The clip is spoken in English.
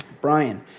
Brian